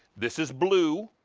this is blue.